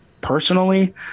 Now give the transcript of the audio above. personally